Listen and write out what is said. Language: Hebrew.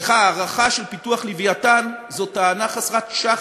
ההארכה של פיתוח "לווייתן" זו טענה חסרת שחר.